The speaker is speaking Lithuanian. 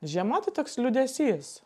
žiema tai toks liūdesys